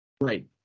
Right